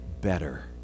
better